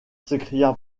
s’écria